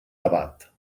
debat